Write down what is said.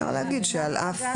תמי,